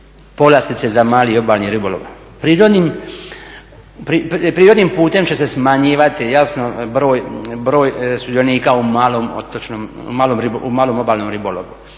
povlastice za mali obalni ribolov. Prirodnim putem će se smanjivati jasno broj sudionika u malom obalnom ribolovu.